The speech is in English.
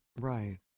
Right